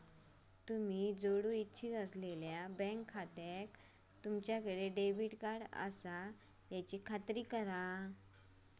तुम्ही जोडू इच्छित असलेल्यो बँक खात्याक तुमच्याकडे डेबिट कार्ड असल्याची खात्री करा